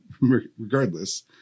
regardless